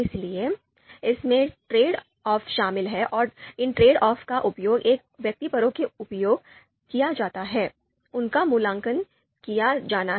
इसलिए इसमें trade off शामिल हैं और अब इन ट्रेड ऑफ का उपयोग एक व्यक्तिपरक के रूप में किया जाता है उनका मूल्यांकन किया जाना है